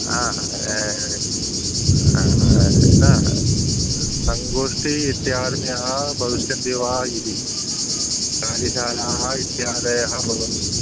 हा न सङ्गोष्ठी इत्यादयः भविष्यन्ति वा इति कार्यशालाः इत्यादयः भवन्ति